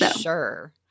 sure